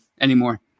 anymore